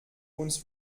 uns